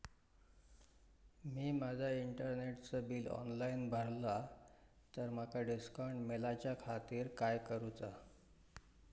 मी माजा इंटरनेटचा bill online भरला तर माका डिस्काउंट मिलाच्या खातीर काय करुचा?